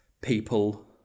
people